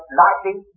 lightly